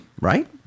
right